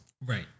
Right